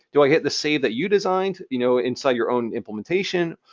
do i hit the save that you designed, you know, inside your own implementation,